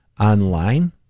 online